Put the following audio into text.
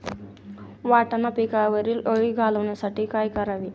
वाटाणा पिकावरील अळी घालवण्यासाठी काय करावे?